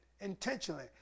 intentionally